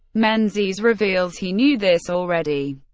menzies reveals he knew this already,